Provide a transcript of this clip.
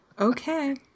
okay